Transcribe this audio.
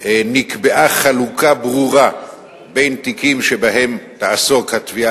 נקבעה חלוקה ברורה בין תיקים שבהם תעסוק התביעה